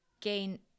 gain